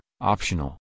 optional